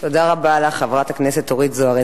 תודה רבה לחברת הכנסת אורית זוארץ.